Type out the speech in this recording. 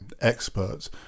experts